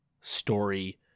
story